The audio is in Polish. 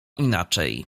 inaczej